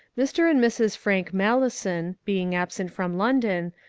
mr. and mrs. frank malleson, being absent from london,